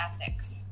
ethics